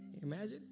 Imagine